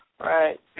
Right